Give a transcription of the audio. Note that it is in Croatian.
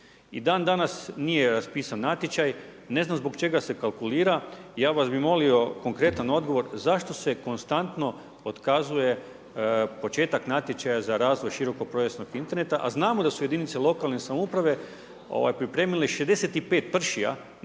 i dan danas nije raspisan natječaj, ne znam zbog čega se kalkulira, ja vas bi molio konkretan odgovor, zašto se konstantno otkazuje početak natječaja za razvoj širokopojasnog interneta, a znamo da su jedinice lokalne samouprave pripremile 65 pršija,